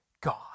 God